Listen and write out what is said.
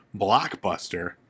Blockbuster